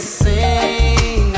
sing